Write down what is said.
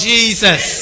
Jesus